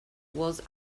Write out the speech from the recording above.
was